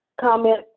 Comment